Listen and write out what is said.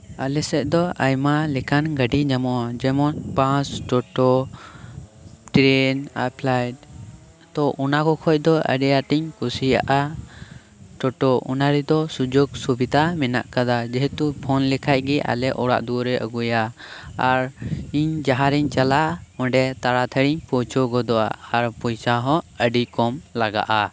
ᱟᱞᱮᱥᱮᱫ ᱫᱚ ᱟᱭᱢᱟ ᱞᱮᱠᱟᱱ ᱜᱟᱹᱰᱤ ᱧᱟᱢᱚᱜᱼᱟ ᱡᱮᱢᱚᱱ ᱵᱟᱥ ᱴᱳᱴᱳ ᱴᱨᱮᱱ ᱟᱨ ᱯᱷᱞᱟᱭᱤᱴ ᱛᱚ ᱚᱱᱟ ᱠᱚ ᱠᱷᱚᱱ ᱫᱚ ᱟᱹᱰᱤ ᱟᱸᱴ ᱤᱧ ᱠᱩᱥᱤᱭᱟᱜᱼᱟ ᱴᱳᱴᱳ ᱚᱱᱟ ᱨᱮᱫᱚ ᱥᱩᱡᱳᱜᱽ ᱥᱩᱵᱤᱛᱟ ᱢᱮᱱᱟᱜ ᱟᱠᱟᱫᱟ ᱡᱮᱦᱮᱛᱩ ᱯᱷᱳᱱ ᱞᱮᱠᱷᱟᱱ ᱜᱮ ᱟᱞᱮ ᱚᱲᱟᱜ ᱫᱩᱣᱟᱹᱨᱮ ᱟᱹᱜᱩᱭᱟ ᱟᱨ ᱤᱧ ᱡᱟᱦᱟᱸ ᱨᱤᱧ ᱪᱟᱞᱟᱜ ᱚᱸᱰᱮ ᱛᱟᱲᱟ ᱛᱟᱲᱤᱧ ᱯᱚᱣᱪᱷᱟᱹᱣ ᱜᱚᱫᱚᱜᱼᱟ ᱟᱨ ᱯᱚᱭᱥᱟ ᱦᱚ ᱟᱰᱤ ᱠᱚᱢ ᱞᱟᱜᱟᱜᱼᱟ